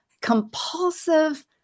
compulsive